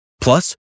Plus